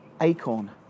acorn